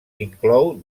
inclou